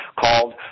called